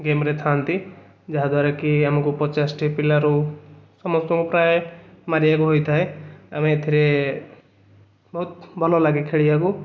game ରେ ଥାଆନ୍ତି ଯାହାଦ୍ୱାରାକି ଆମକୁ ପଚାଶଟି ପିଲାରୁ ସମସ୍ତଙ୍କୁ ପ୍ରାୟ ମାରିବାକୁ ହୋଇଥାଏ ଆଉ ଏଥିରେ ବହୁତ ଭଲ ଲାଗେ ଖେଳିବାକୁ